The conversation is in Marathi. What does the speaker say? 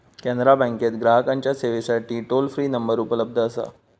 कॅनरा बँकेत ग्राहकांच्या सेवेसाठी टोल फ्री नंबर उपलब्ध असा